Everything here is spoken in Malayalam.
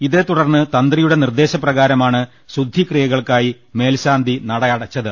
ഇതേ തുടർന്ന് തന്ത്രിയുടെ നിർദ്ദേശ പ്രകാ രമാണ് ശുദ്ധിക്രിയകൾക്കായി മേൽശാന്തി നട അടച്ചത്